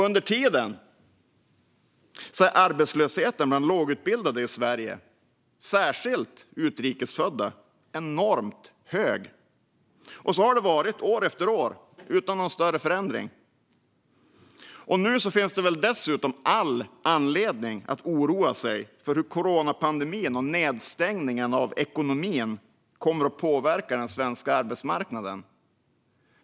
Under tiden är arbetslösheten bland lågutbildade i Sverige, särskilt utrikes födda, enormt hög. Så har det varit år efter år, utan någon större förändring. Nu finns det dessutom all anledning att oroa sig för hur coronapandemin och nedstängningen av ekonomin kommer att påverka den svenska arbetsmarknaden.